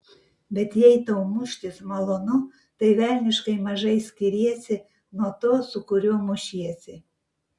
bet jei tau muštis malonu tai velniškai mažai skiriesi nuo to su kuriuo mušiesi